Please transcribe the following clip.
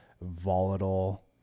volatile